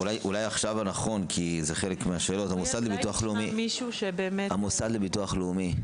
אולי עכשיו כי זה חלק מהשאלות המוסד לביטוח לאומי,